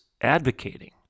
advocating